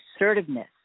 assertiveness